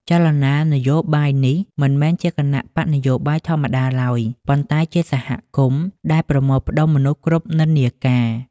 ចលនានយោបាយនេះមិនមែនជាគណបក្សនយោបាយធម្មតាឡើយ ប៉ុន្តែជា "សហគមន៍" ដែលប្រមូលផ្តុំមនុស្សគ្រប់និន្នាការ។